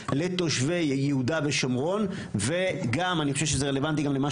לתושבי יהודה ושומרון וגם אני חושב שזה רלוונטי גם למה